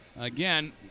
again